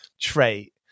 trait